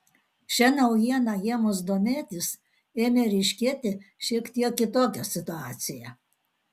šia naujiena ėmus domėtis ėmė ryškėti šiek tiek kitokia situacija